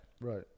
Right